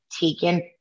taken